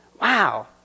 Wow